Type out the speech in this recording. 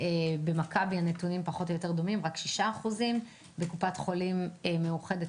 במכבי הנתונים דומים - רק 6%. בקופת חולים מאוחדת